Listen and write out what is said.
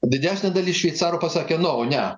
didesnė dalis šveicarų pasakė nou ne